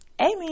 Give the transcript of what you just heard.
Amen